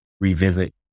revisit